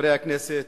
חברי הכנסת,